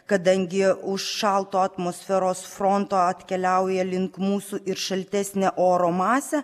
kadangi už šalto atmosferos fronto atkeliauja link mūsų ir šaltesnę oro masę